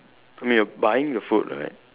I mean you're buying the food right